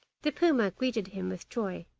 the puma greeted him with joy,